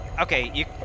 okay